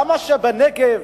בנגב,